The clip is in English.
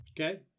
Okay